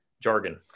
jargon